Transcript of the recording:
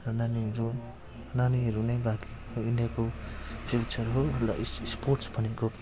र नानीहरू नानीहरू नै भारत इन्डियाको फ्युचर हो ल स्प स्पोर्ट्स भनेको